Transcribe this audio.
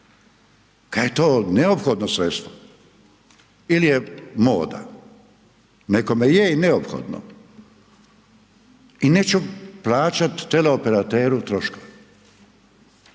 Kaj je to neophodno sredstvo? Ili je moda? Nekome je i neophodno. I neću plaćati teleoperateru troškove.